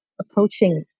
approaching